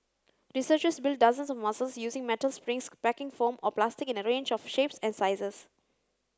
researchers built dozens of muscles using metal springs packing foam or plastic in a range of shapes and sizes